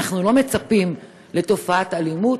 אנחנו לא מצפים לתופעת אלימות,